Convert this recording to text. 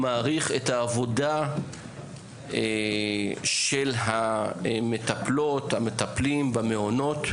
אני מעריך את העבודה של המטפלות והמטפלים במעונות.